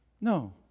no